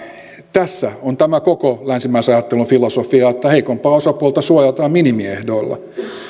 tässä on tämä koko länsimaisen ajattelun filosofia että heikompaa osapuolta suojataan minimiehdoilla